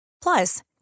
Plus